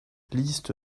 liste